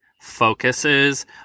focuses